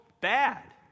bad